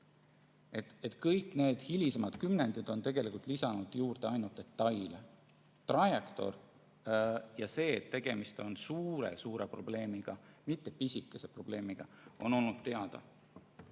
Kõik need hilisemad kümnendid on tegelikult lisanud juurde ainult detaile. Trajektoor ja see, et tegemist on suure probleemiga, mitte pisikese probleemiga, on olnud teada.